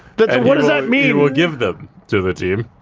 but and what does that mean? he will give them to the team.